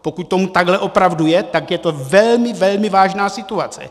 Pokud tomu tak opravdu je, tak je to velmi, velmi vážná situace.